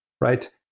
right